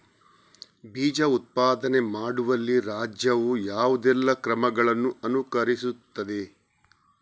ಬೀಜ ಉತ್ಪಾದನೆ ಮಾಡುವಲ್ಲಿ ರಾಜ್ಯವು ಯಾವುದೆಲ್ಲ ಕ್ರಮಗಳನ್ನು ಅನುಕರಿಸುತ್ತದೆ?